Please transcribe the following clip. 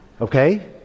Okay